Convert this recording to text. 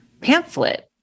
pamphlet